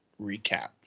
recap